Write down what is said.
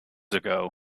ago